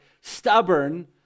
stubborn